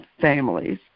families